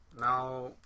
now